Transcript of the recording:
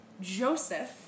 Joseph